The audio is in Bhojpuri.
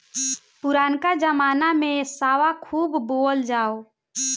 पुरनका जमाना में सावा खूब बोअल जाओ